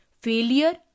failure